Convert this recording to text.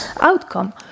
outcome